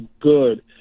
good